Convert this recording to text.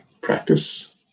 practice